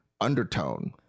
undertone